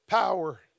power